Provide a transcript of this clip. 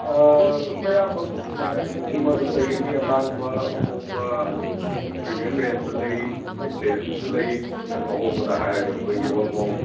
ꯑꯥ ꯑꯗꯨꯝ ꯑꯌꯥꯝꯕ ꯃꯈꯜ ꯈꯨꯗꯤꯡꯃꯛ ꯑꯗꯨꯝ ꯂꯩꯒꯅꯤ ꯑꯇꯥꯡꯕ ꯑꯍꯣꯡꯕ ꯄ꯭ꯔꯤꯃꯤꯌꯝ ꯔꯦꯟꯖꯇ ꯂꯩ ꯃꯤꯗ ꯔꯦꯟꯖꯇꯁꯨ ꯂꯩ ꯈꯖꯤꯛꯇꯪ ꯑꯍꯣꯡꯕꯗ ꯍꯥꯏꯔꯒ ꯑꯩꯈꯣꯏꯒꯤ ꯑꯣꯜꯗ ꯃꯣꯛ